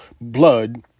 blood